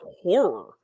horror